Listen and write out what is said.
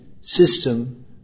system